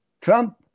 Trump